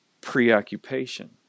preoccupation